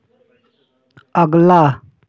अगला